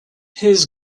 his